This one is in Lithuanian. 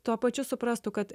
tuo pačiu suprastų kad